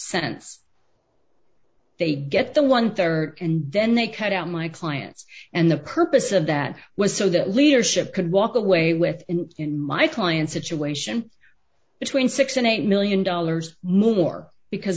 sense they get the one rd and then they cut out my clients and the purpose of that was so that leadership could walk away with in my client's situation between six dollars and eight million dollars more because